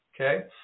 Okay